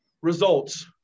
results